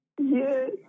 Yes